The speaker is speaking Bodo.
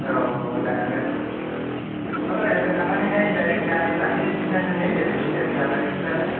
औ मोजाङानो होनब्लाबो ओमफ्राय हजों थांनानैहाय दाइरेक्ट गारि लाहैफिननांगोन ना बेरायनायनि थाखाय आलदा एक्सथ्रानो